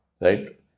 Right